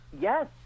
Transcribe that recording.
Yes